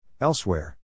Elsewhere